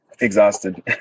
Exhausted